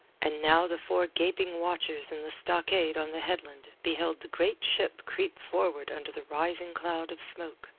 and now the four gaping watchers in the stockade on the headland beheld the great ship creep forward under the rising cloud of smoke,